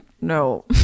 No